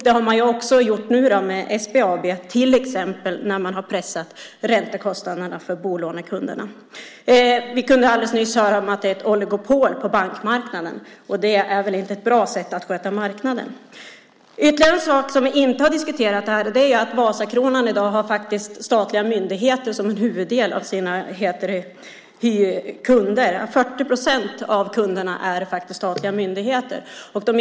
Det har man till exempel gjort nu med SBAB när man har pressat räntekostnaderna för bolånekunderna. Vi kunde alldeles nyss höra att det är ett oligopol på bankmarknaden. Det är väl inte ett bra sätt att sköta marknaden. En sak som vi inte har diskuterat är att en huvuddel av Vasakronans kunder i dag är statliga myndigheter. 40 procent av kunderna är statliga myndigheter.